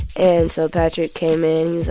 and so patrick came in. he's,